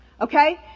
Okay